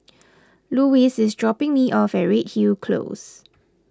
Louise is dropping me off Redhill Close